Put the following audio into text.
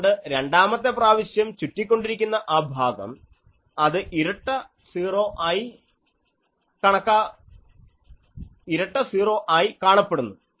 അതുകൊണ്ട് രണ്ടാമത്തെ പ്രാവശ്യം ചുറ്റി കൊണ്ടിരിക്കുന്ന ആ ഭാഗം അത് ഇരട്ട സീറോ ആയി കാണപ്പെടുന്നു